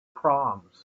proms